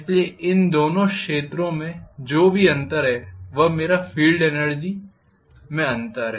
इसलिए इन दोनों क्षेत्रों में जो भी अंतर है वह मेरा फील्ड एनर्जी में अंतर है